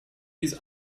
his